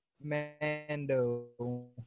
Mando